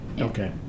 Okay